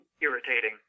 irritating